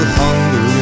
hunger